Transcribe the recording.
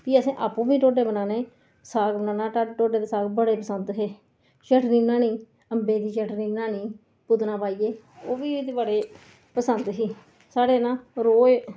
फ्ही असें आपूं गै ढोडे बनाने लैना साग ढोडे साग बड़े पसंद हे चटनी बनानी अम्बे दी चटनी बनानी पूतना पाइयै ओह् बी बड़े पसंद ही साढ़े ना रोज